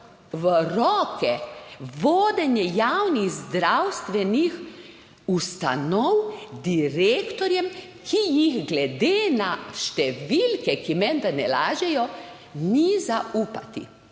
v roke vodenje javnih zdravstvenih ustanov direktorjem, ki jih glede na številke, ki menda ne lažejo, ni zaupati.